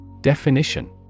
Definition